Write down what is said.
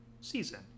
season